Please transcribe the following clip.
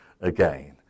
again